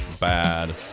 bad